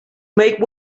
make